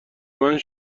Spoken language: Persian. مند